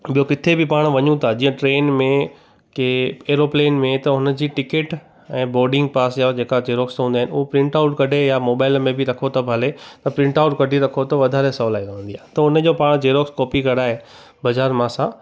ॿियो किथे बि पाण वञूं था जीअं ट्रेन में के एरोप्लेन में त उन जी टिकिट ऐं बोर्डिंग पास जा जेका जेरॉक्स हूंदा आहिनि उहो प्रिंट आउट कढे या मोबाइल में बि रखो त बि हले त प्रिंट आउट कढी रखो त वधारे सवलाई रहंदी आहे त उन जो पाण जेरॉक्स कॉपी कढाए बाज़ारि मां असां